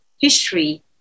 history